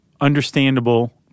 understandable